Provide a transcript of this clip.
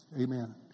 Amen